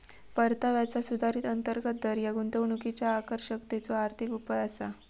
परताव्याचा सुधारित अंतर्गत दर ह्या गुंतवणुकीच्यो आकर्षकतेचो आर्थिक उपाय असा